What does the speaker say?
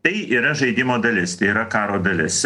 tai yra žaidimo dalis tai yra karo dalis